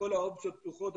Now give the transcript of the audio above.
כל האופציות פתוחות.